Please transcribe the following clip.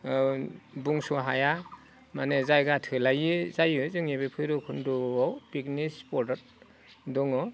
बुंस' हाया माने जायगा थोलायै जायो जोंनि बे भैराबकुन्दआव पिकनिक स्पटआ दङ